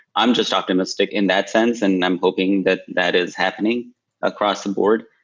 i'm just optimistic in that sense and i'm hoping that that is happening across the board.